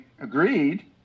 agreed